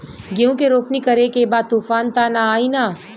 गेहूं के रोपनी करे के बा तूफान त ना आई न?